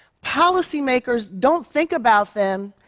policymakers don't think about them,